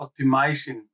optimizing